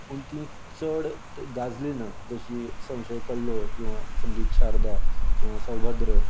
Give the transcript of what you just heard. तीं चड गाजलीं ना जसीं संशयकल्लोळ किंवां संगीत शारदा किंवां सौभद्र हीं जीं